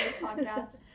podcast